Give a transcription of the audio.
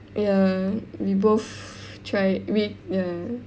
ya we both try we ya